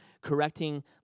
correcting